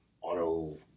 auto